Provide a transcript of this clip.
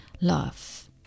love